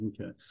Okay